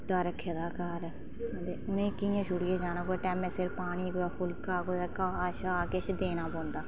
कुत्ता रक्खे दा घर ते उनेंगी कियां छोड़ियै जाना टाइमें सिर पानी कुतै फुल्का कुतै घा शाह किश देना पौंदा